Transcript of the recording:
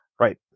Right